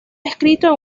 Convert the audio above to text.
escrito